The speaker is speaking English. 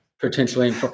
Potentially